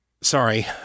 Sorry